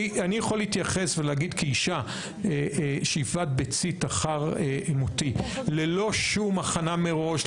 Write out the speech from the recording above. אני יכול להתייחס ולהגיד כאישה שאיבת ביצית אחר מותי ללא שום הכנה מראש,